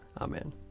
Amen